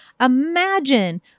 Imagine